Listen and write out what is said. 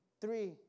three